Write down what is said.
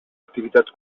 activitat